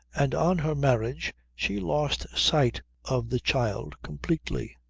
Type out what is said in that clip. and on her marriage she lost sight of the child completely.